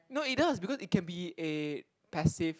no it does because it can be a passive